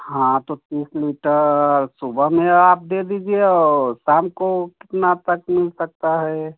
हाँ तो तीस लीटर सुबह में आप दे दीजिए और शाम को कितना तक मिल सकता है